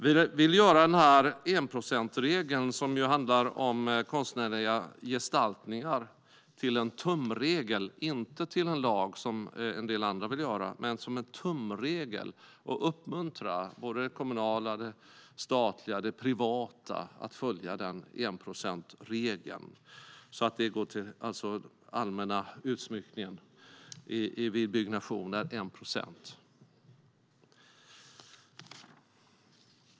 Vi vill göra enprocentsregeln, som handlar om konstnärliga gestaltningar, till en tumregel, inte till en lag, som en del andra vill göra. Vi vill uppmuntra det kommunala, det statliga och det privata att följa enprocentsregeln, som innebär att 1 procent ska gå till allmän utsmyckning vid byggnation.